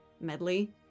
medley